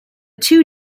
two